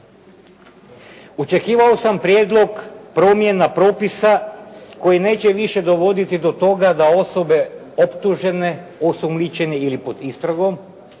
Očekivao sam prijedlog promjena propisa koji neće više dovoditi do toga da osobe optužene, osumnjičene ili pod istragom,